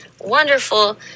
wonderful